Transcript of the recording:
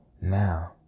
Now